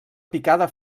picada